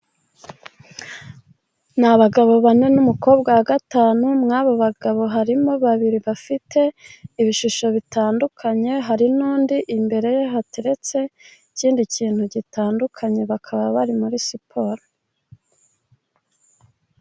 Ni abagabo bane n'umukobwa wa gatanu, muri aba bagabo harimo babiri bafite ibishusho bitandukanye hari n'undi imbere ye hateretse ikindi kintu gitandukanye, bakaba bari muri siporo.